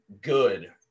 good